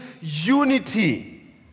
unity